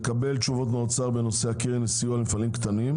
יש לקבל תשובות ממשרד האוצר בנושא סיוע למפעלים קטנים.